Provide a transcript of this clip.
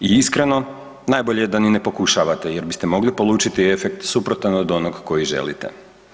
I iskreno, najbolje je da ni ne pokušavate jer biste mogli polučiti efekt suprotan od onog koji želite.